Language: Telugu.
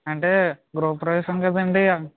అంటే గృహప్రవేశం కదండీ